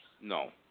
No